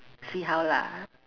see how lah